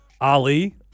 Ali